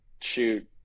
shoot